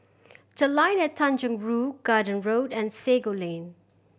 The Line at Tanjong Rhu Garden Road and Sago Lane